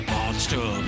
Monster